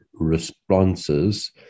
responses